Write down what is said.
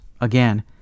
again